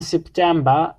september